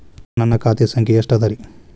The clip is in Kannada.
ನನ್ನ ಖಾತೆ ಸಂಖ್ಯೆ ಎಷ್ಟ ಅದರಿ?